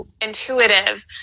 intuitive